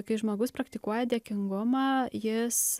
kai žmogus praktikuoja dėkingumą jis